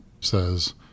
says